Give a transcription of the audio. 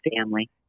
family